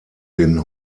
den